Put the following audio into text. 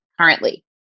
currently